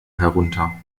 herunter